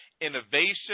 innovation